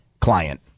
client